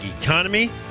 economy